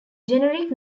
generic